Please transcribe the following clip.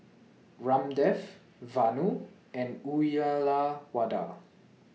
Ramdev Vanu and Uyyalawada